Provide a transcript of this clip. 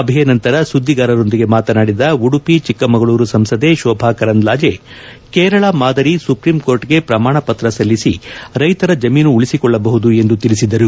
ಸಭೆ ನಂತರ ಸುದ್ದಿಗಾರರೊಂದಿಗೆ ಮಾತನಾಡಿದ ಉಡುಪಿ ಚಿಕ್ಕಮಗಳೂರು ಸಂಸದೆ ಶೋಭಾ ಕರಂದ್ಲಾಜೆ ಕೇರಳ ಮಾದರಿ ಸುಪ್ರೀಂ ಕೋರ್ಟ್ಗೆ ಪ್ರಮಾಣಪತ್ರ ಸಲ್ಲಿಸಿ ರೈತರ ಜಮೀನು ಉಳಿಸಿಕೊಳ್ಳಬಹುದು ಎಂದು ತಿಳಿಸಿದರು